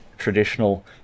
traditional